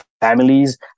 families